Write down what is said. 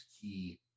key